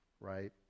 Right